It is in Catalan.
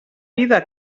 vida